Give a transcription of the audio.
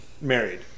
married